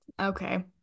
Okay